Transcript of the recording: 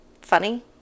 funny